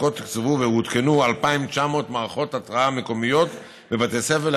עד כה תוקצבו והותקנו 2,900 מערכות התרעה מקומיות בבתי הספר,